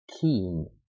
keen